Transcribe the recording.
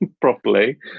properly